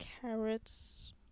carrots